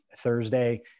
Thursday